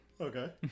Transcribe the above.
Okay